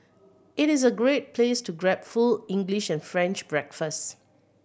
it is a great place to grab full English and French breakfast